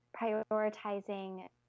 prioritizing